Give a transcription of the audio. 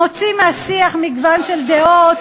מוציא מהשיח מגוון של דעות.